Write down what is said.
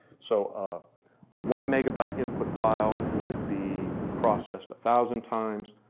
so ah a one megabyte input file would be processed a thousand times.